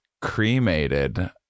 cremated